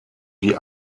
die